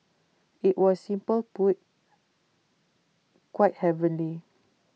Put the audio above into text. IT was simple put quite heavenly